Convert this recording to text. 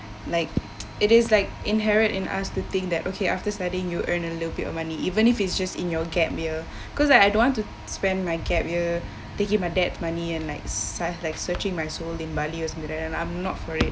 like it is like inherent in us to think that okay after studying you earn a little bit of money even if it's just in your gap year cause like I don't want to spend my gap year taking my dad's money and like s~ like searching my soul in bali or something like that I'm not for it